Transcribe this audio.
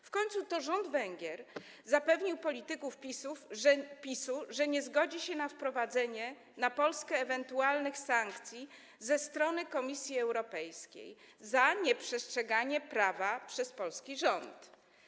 W końcu to rząd Węgier zapewnił polityków PiS-u, że nie zgodzi się na nałożenie na Polskę ewentualnych sankcji ze strony Komisji Europejskiej za nieprzestrzeganie prawa przez polski rząd.